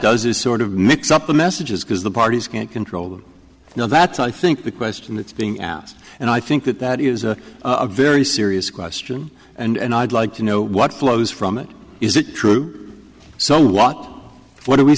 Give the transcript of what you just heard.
does is sort of mix up the messages because the parties can't control them now that's i think the question that's being asked and i think that that is a very serious question and i'd like to know what flows from it is it true so what what are we